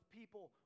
people